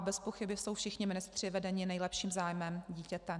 Bezpochyby jsou všichni ministři vedeni nejlepším zájmem dítěte.